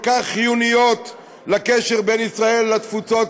כך חיוניות לקשר בין ישראל לתפוצות,